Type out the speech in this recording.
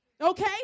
Okay